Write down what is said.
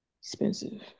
expensive